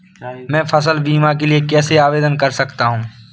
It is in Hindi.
मैं फसल बीमा के लिए कैसे आवेदन कर सकता हूँ?